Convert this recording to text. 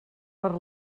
per